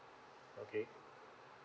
okay